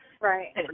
Right